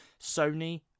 Sony